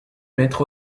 maître